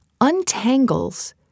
untangles